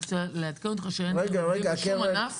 רק לעדכן אותך שאין שום --- ושום דבר.